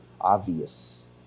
obvious